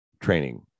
training